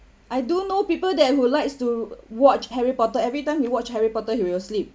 I do know people that who likes to watch harry potter every time he watch harry potter he will sleep